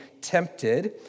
tempted